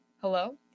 hello